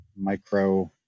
micro